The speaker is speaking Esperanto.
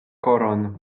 koron